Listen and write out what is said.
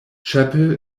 chappell